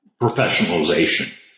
professionalization